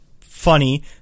funny